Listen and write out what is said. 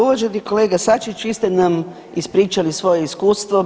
Uvaženi kolega Sačić, vi ste nam ispričali svoje iskustvo.